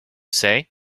say